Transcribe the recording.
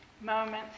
moments